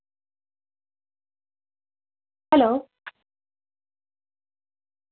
hello